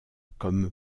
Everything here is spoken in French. comme